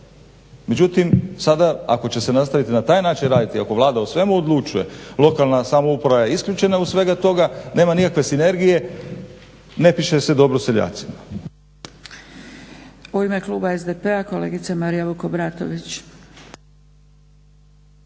Međutim sada ako će se nastaviti na taj način raditi. Ako Vlada u svemu odlučuje lokalna samouprava je isključena od svega toga, nema nikakve sinergije ne piše se dobro seljacima.